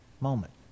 Moment